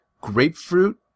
grapefruit